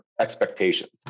expectations